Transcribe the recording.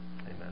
Amen